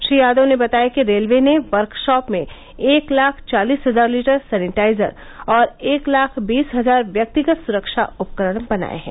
श्री यादव ने बताया कि रेलवे ने वर्कशॉप में एक लाख चालीस हजार लीटर सैनिटाइजर और एक लाख बीस हजार व्यक्तिगत सुरक्षा उपकरण बनाए हैं